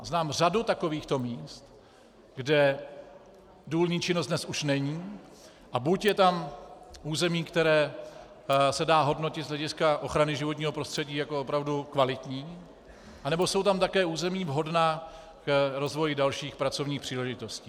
Znám řadu takovýchto míst, kde důlní činnost dnes už není a buď je tam území, které se dá hodnotit z hlediska ochrany životního prostředí jako opravdu kvalitní, anebo jsou tam také území vhodná k rozvoji dalších pracovních příležitostí.